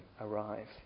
arrive